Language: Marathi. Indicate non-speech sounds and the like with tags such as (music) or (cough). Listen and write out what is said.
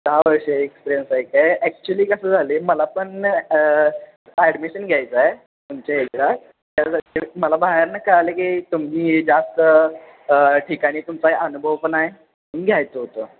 दहा वर्ष एक्सपिरियन्स आहे काय ॲक्च्युअली कसं झालं आहे मला पण ॲडमिशन घ्यायचं आहे तुमच्या (unintelligible) तर मला बाहेरनं कळलं की तुम्ही जास्त ठिकाणी तुमचा अनुभव पण आहे मग घ्यायचं होतं